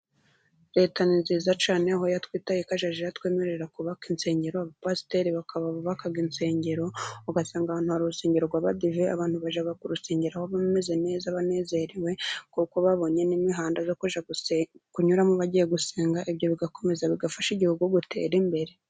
Leta ni nziza cyane . Aho yatwitayeho ikazajya iratwemerera kubaka insengero ,abapasiteri bakaba bubaka insengero ,ugasanga ahantu hari urusengero rw'abadive abantu bajya kurusengeraho bameze neza, banezerewe ,kuko babonye n'imihanda yo kunyuramo bagiye gusenga . Ibyo bigakomeza bigafasha igihugu gutere imbere.